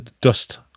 dust